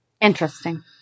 Interesting